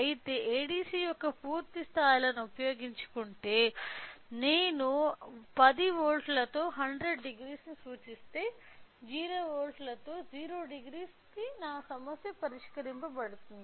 అయితే ADC యొక్క పూర్తి స్థాయిలను ఉపయోగించుకుంటే నేను 10 వోల్ట్లతో 1000 ను సూచిస్తే 0 వోల్ట్లతో 00 నా సమస్య పరిష్కరించబడుతుంది